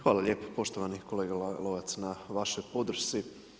Hvala lijepa poštovani kolega Lalovac na vašoj podršci.